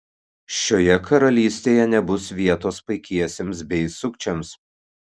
šioje karalystėje nebus vietos paikiesiems bei sukčiams